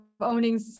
owning